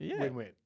win-win